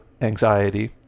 anxiety